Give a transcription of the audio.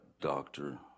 doctor